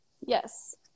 Yes